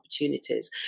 opportunities